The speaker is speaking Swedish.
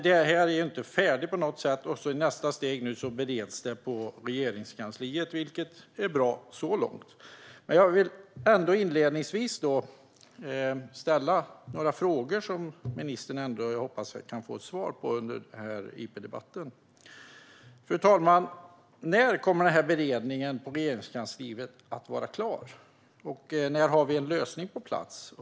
Detta är inte på något sätt färdigt. I nästa steg bereds det hela på Regeringskansliet, vilket så långt är bra. Jag vill dock ändå inledningsvis ställa några frågor som jag hoppas att jag kan få svar på från ministern under den här interpellationsdebatten, fru talman. När kommer beredningen på Regeringskansliet att bli klar? När har vi en lösning på plats?